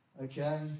Okay